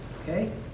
Okay